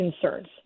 concerns